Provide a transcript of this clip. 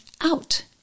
out